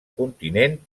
continent